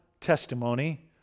testimony